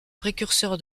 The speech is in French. précurseur